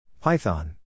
Python